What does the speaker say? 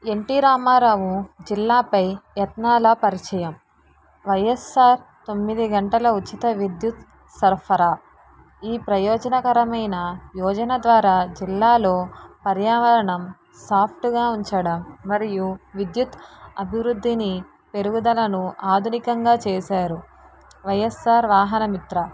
NT Ramarao జిల్లాపై యత్నాల పరిచయం వైఎస్ఆర్ తొమ్మిది గంటల ఉచిత విద్యుత్ సరఫరా ఈ ప్రయోజనకరమైన యువజన ద్వారా జిల్లాలో పర్యావరణం సాఫ్ట్గా ఉంచడం మరియు విద్యుత్ అభివృద్ధిని పెరుగుదలను ఆధునికంగా చేశారు వైఎస్ఆర్ వాహన మిత్ర